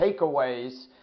takeaways